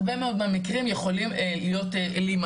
הרבה מאוד מהמקרים יכולים להימנע.